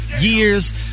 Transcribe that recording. years